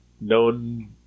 known